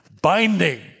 Binding